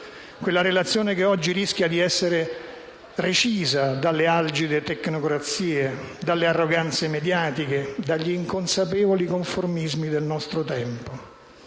Quella relazione oggi rischia di essere recisa dalle algide tecnocrazie, dalle arroganze mediatiche, dagli inconsapevoli conformismi del nostro tempo.